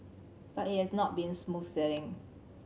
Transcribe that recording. but it has not been smooth sailing